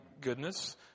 goodness